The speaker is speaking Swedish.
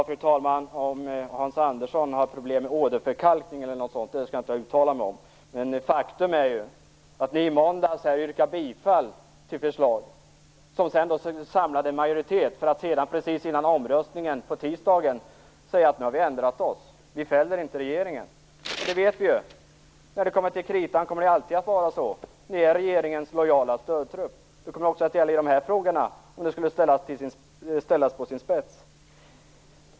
Fru talman! Huruvida Hans Andersson har problem med åderförkalkning skall jag inte uttala mig om. Men faktum är att ni i måndags yrkade bifall till förslag som samlade en majoritet. Men sedan, precis innan omröstningen på tisdagen, sade ni: Vi har ändrat oss. Vi fäller inte regeringen. Vi vet ju att när det kommer till kritan kommer det alltid att vara så. Ni är regeringens lojala stödtrupp. Det kommer också att gälla i de här frågorna, om saken skulle ställas på sin spets.